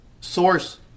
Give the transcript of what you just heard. source